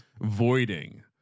voiding